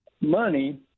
Money